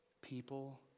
People